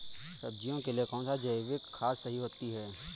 सब्जियों के लिए कौन सी जैविक खाद सही होती है?